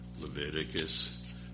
Leviticus